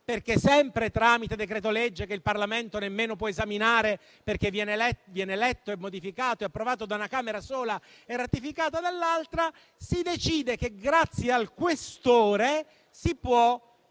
perché, sempre tramite decreto-legge che il Parlamento nemmeno può esaminare (perché viene letto, modificato e approvato da una Camera sola e ratificato dall'altra), si decide che, grazie al questore, si può guardare